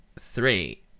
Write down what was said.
three